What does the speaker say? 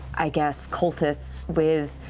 i guess, cultists with,